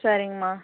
சரிங்கம்மா